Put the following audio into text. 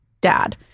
dad